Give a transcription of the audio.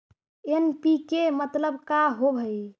NPK मतलब का होव हइ?